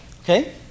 okay